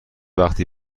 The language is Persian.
وقتی